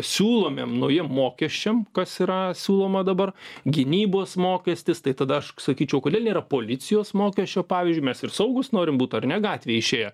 siūlomiem naujiem mokesčiam kas yra siūloma dabar gynybos mokestis tai tada aš sakyčiau kodėl nėra policijos mokesčio pavyzdžiui mes ir saugūs norim būti ar ne gatvėj išėję